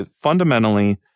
fundamentally